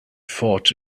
fought